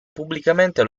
pubblicamente